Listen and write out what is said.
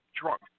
drunk